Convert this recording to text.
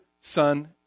Son